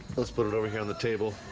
let's put it over here on the table.